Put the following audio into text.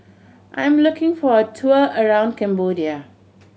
I'm looking for a tour around Cambodia